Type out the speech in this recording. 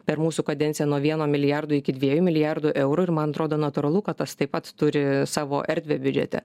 per mūsų kadenciją nuo vieno milijardo iki dviejų milijardų eurų ir man atrodo natūralu kad tas taip pat turi savo erdvę biudžete